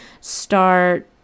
start